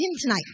tonight